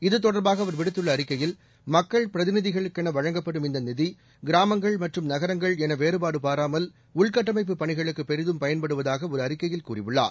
இத்தொடர்பாக அவர் விடுத்துள்ள அறிக்கையில் மக்கள் பிரதிநிதிகளுக்கென வழங்கப்படும் இந்த நிதி கிராமங்கள் மற்றும் நகரங்கள் என வேறுபாடு பாராமல் உள்கட்டமைப்புப் பணிகளுக்கு பெரிதும் பயன்படுவதாக ஒரு அறிக்கையில் அவர் கூறியுள்ளார்